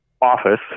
office